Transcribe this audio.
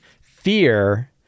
fear